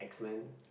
X-Men